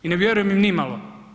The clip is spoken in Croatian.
I ne vjerujem im nimalo.